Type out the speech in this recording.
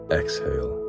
exhale